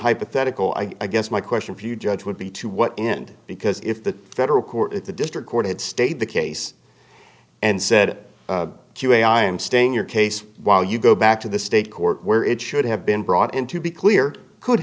hypothetical i guess my question for you judge would be to what end because if the federal court the district court had stayed the case and said to a i am staying your case while you go back to the state court where it should have been brought in to be clear could